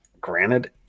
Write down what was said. Granted